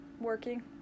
working